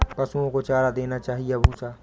पशुओं को चारा देना चाहिए या भूसा?